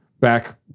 back